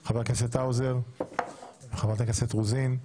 את חבר הכנסת האוזר וגם את חברת הכנסת רוזין.